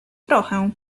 trochę